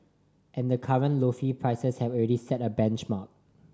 and the current lofty prices have already set a benchmark